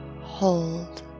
hold